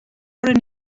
houden